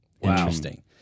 interesting